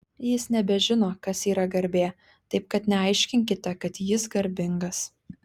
jis nebežino kas yra garbė taip kad neaiškinkite kad jis garbingas